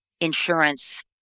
insurance